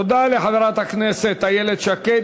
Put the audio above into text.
תודה לחברת הכנסת איילת שקד.